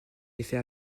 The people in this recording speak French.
effet